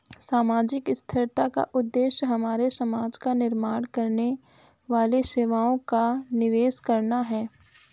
सामाजिक स्थिरता का उद्देश्य हमारे समाज का निर्माण करने वाली सेवाओं का निवेश करना है